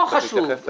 לא חשוב.